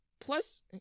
Plus